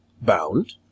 Bound